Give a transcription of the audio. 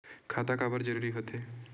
खाता काबर जरूरी हो थे?